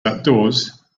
outdoors